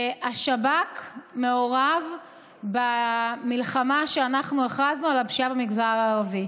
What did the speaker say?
השב"כ מעורב במלחמה שאנחנו הכרזנו על הפשיעה במגזר הערבי.